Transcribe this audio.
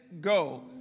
go